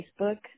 Facebook